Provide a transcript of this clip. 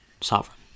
sovereign